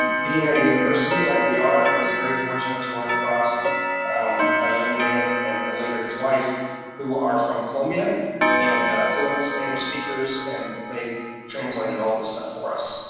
um being at a university like we are, i was very fortunate to run across um a young man and later his wife who are from colombia and fluent spanish speakers, and they've translated all the stuff for us,